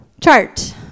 Chart